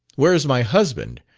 where is my husband?